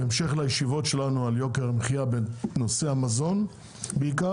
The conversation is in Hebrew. בהמשך לישיבות שלנו על יוקר המחיה בנושא המזון בעיקר,